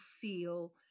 feel